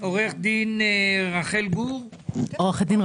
חבר הכנסת מיכאל ביטון, בבקשה.